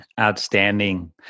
Outstanding